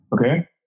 okay